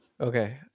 Okay